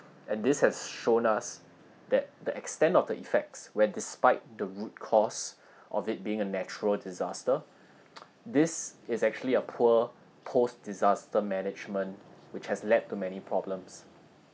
and this has shown us that the extent of the effects where despite the root cause of it being a natural disaster this is actually a poor post-disaster management which has led to many problems